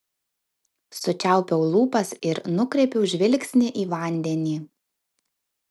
sučiaupiau lūpas ir nukreipiau žvilgsnį į vandenį